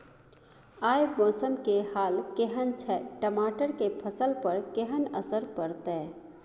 आय मौसम के हाल केहन छै टमाटर के फसल पर केहन असर परतै?